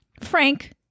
Frank